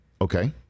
Okay